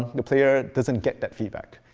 the player doesn't get that feedback.